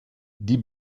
die